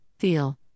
Feel